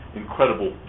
incredible